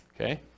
Okay